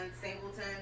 Singleton